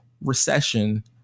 recession